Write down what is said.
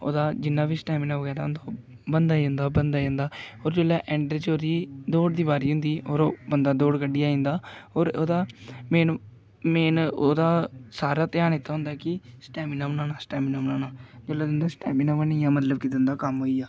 ओह्दा जि'न्ना बी स्टैमिना बगैरा होंदा ओह् बनदा जंदा बनदा जंदा होर जोल्लै एन्ड च ओह्दी दौड़ दी बारी होंदी होर बंदा ओह् दौड़ कड्ढियै आई जंदा होर ओह्दा मेन मेन ओह्दा सारा ध्यान इत्थें होंदा कि स्टैमिना बनाना स्टैमिना बनाना जेल्लै तुं'दा स्टैमिना बनी आ मतलब कि तुं'दा कम्म होइया